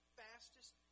fastest